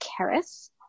Karis